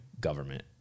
government